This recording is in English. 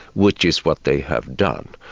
which is what they have done.